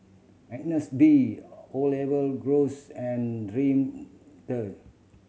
Agnes B Olive Groves and Dream